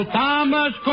Thomas